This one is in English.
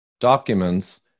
documents